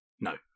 No